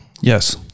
Yes